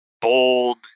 bold